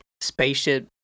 spaceship